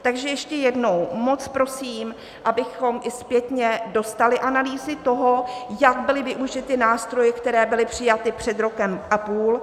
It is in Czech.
Takže ještě jednou, moc prosím, abychom i zpětně dostali analýzy toho, jak byly využity nástroje, které byly přijaty před rokem a půl.